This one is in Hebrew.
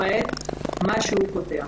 למעט מה שהוא פותח.